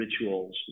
rituals